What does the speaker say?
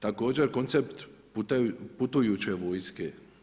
Također koncept putujuće vojske.